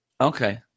Okay